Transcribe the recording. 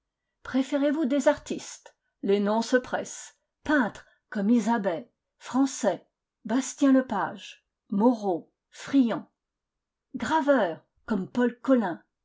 préférez-vous des artistes les noms se pressent peintres comme isabey français bastien lepage morot priant graveurs comme paul colin